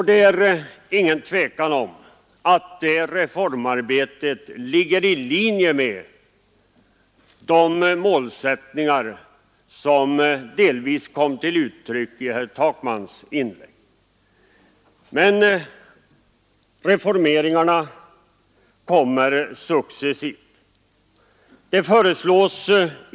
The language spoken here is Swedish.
Det är inget tvivel om att detta reformarbete till stora delar ligger i linje med de målsättningar som kom till uttryck i herr Takmans inlägg. Men reformerna kommer successivt.